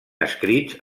escrits